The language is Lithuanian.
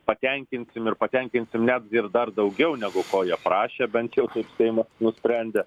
patenkinsim ir patenkinsim net ir dar daugiau negu ko jie prašė bent jau seimas nusprendė